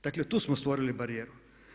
Dakle, tu smo stvorili barijeru.